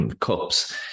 cups